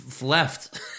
left